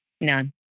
None